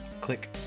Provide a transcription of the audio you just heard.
Click